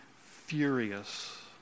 furious